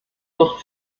wird